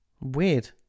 Weird